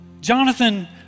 Jonathan